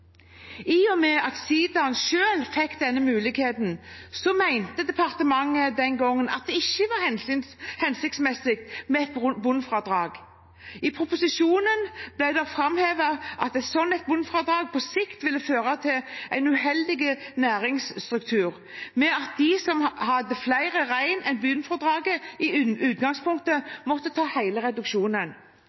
I og med at sidaen selv fikk denne muligheten, mente departementet den gangen at det ikke var hensiktsmessig med et bunnfradrag. I proposisjonen ble det framhevet at et slikt bunnfradrag på sikt ville føre til en uheldig næringsstruktur, ved at de som hadde flere rein enn bunnfradraget, i utgangspunktet måtte ta hele reduksjonen.